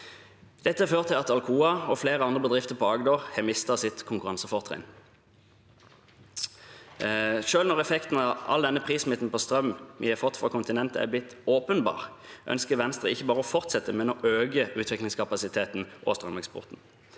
Det har ført til at Alcoa og flere andre bedrifter i Agder har mistet sitt konkurransefortrinn. Selv når effekten av all denne prissmitten på strøm som vi har fått fra kontinentet, har blitt åpenbar, ønsker Venstre ikke bare å fortsette, men å øke utvekslingskapasiteten og strømeksporten.